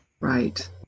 Right